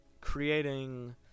Creating